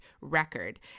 record